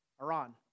Iran